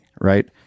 right